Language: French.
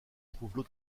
trouvait